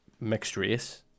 mixed-race